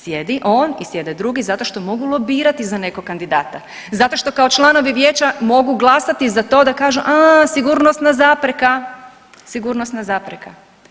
Sjedi on i sjede drugi zato što mogu lobirati za nekog kandidata, zašto što kao članovi vijeća mogu glasati za to kažu aaaa sigurnosna zapreka, sigurnosna zapreka.